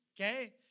okay